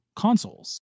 Consoles